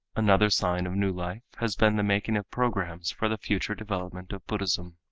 another sign of new life has been the making of programs for the future development of buddhism.